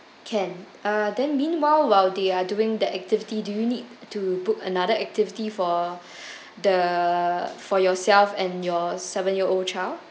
can uh then meanwhile while they are doing the activity do you need to book another activity for the for yourself and your seven year old child